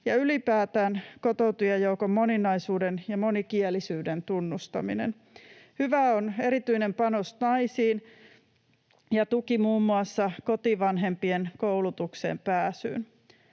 ja ylipäätään kotoutujajoukon moninaisuuden ja monikielisyyden tunnustaminen. Hyvää on erityinen panos naisiin ja tuki muun muassa kotivanhempien koulutukseen pääsyyn.